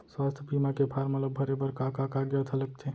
स्वास्थ्य बीमा के फॉर्म ल भरे बर का का कागजात ह लगथे?